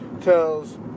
tells